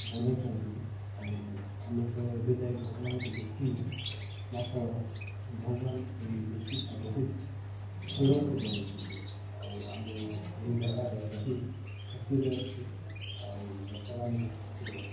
ବନାଇଛନ୍ତି ଆଉ ଆମେ ତ ଏବେ ଯାଇ ଭଗବାନଙ୍କୁ ଦେଖିନୁ ମାତ୍ର ଭଗବାନ ଏ ଦୃଷ୍ଟିଟା ବହୁତ ଭଲସେ ବନାଇଛନ୍ତି ଆଉ ଆମେ ଏହି ଜାଗାରେ ରହି ଖୁସିରେ ଅଛୁ ଆଉ ଲୋକମାନେ ବି ଖୁସିରେ ଅଛନ୍ତି